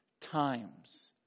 times